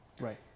Right